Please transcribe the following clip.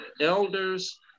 elders